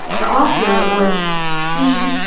the author was c.